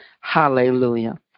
Hallelujah